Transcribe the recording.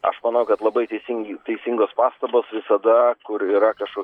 aš manau kad labai teisingi teisingos pastabos visada kur yra kažko